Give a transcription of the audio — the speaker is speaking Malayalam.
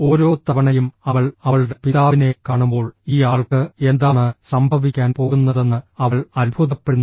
ഓരോ തവണയും അവൾ അവളുടെ പിതാവിനെ കാണുമ്പോൾ ഈ ആൾക്ക് എന്താണ് സംഭവിക്കാൻ പോകുന്നതെന്ന് അവൾ അത്ഭുതപ്പെടുന്നു